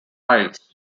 aisles